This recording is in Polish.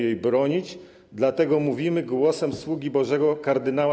Jej bronić, dlatego mówimy głosem sługi Bożego kard.